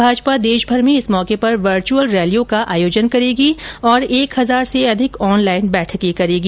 भाजपा देशमर में इस मौके पर वर्चुअल रैलियों का आयोजन करेगी और एक हजार से अधिक ऑनलाइन बैठकें करेगी